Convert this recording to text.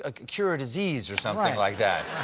ah cure disease or something like that.